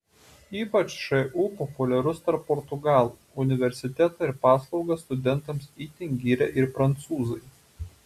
ypač šu populiarus tarp portugalų universitetą ir paslaugas studentams itin giria ir prancūzai